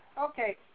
Okay